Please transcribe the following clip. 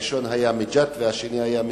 הראשון מג'ת, והשני מסח'נין.